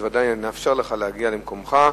אז ודאי נאפשר לך להגיע למקומך,